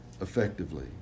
effectively